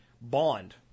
bond